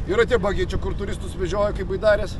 yra tie bagiai čia kur turistus vežioja kaip baidares